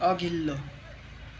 अघिल्लो